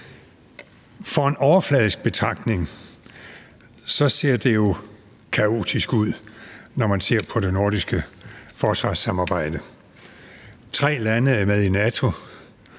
fra en overfladisk betragtning ser det jo kaotisk ud, når man ser på det nordiske forsvarssamarbejde: Tre lande er med i NATO,